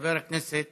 חבר הכנסת